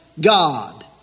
God